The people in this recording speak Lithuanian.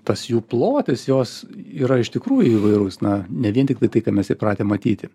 tas jų plotis jos yra iš tikrųjų įvairus na ne vien tiktai tai ką mes įpratę matyti